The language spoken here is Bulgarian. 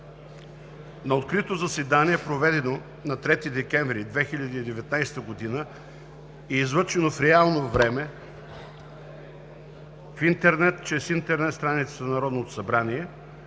„На открито заседание, проведено на 3 декември 2019 г. и излъчено в реално време в интернет, чрез интернет страницата на Народното събрание,